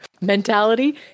mentality